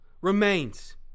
remains